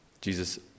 Jesus